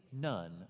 none